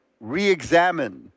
re-examine